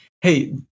hey